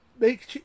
make